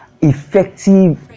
Effective